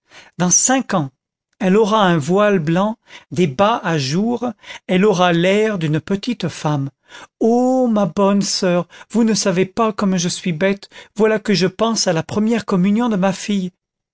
dans cinq ans elle aura un voile blanc des bas à jour elle aura l'air d'une petite femme ô ma bonne soeur vous ne savez pas comme je suis bête voilà que je pense à la première communion de ma fille